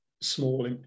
small